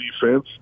defense